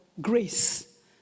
grace